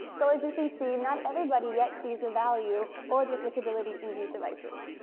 so as you can see, not everybody yet sees the value or the applicability in these devices.